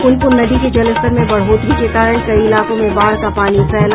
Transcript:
प्रनपुन नदी के जलस्तर में बढ़ोत्तरी के कारण कई इलाकों में बाढ़ का पानी फैला